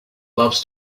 loves